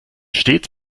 stets